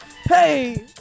Hey